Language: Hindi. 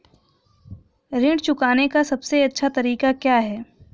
ऋण चुकाने का सबसे अच्छा तरीका क्या है?